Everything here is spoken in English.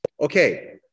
Okay